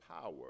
power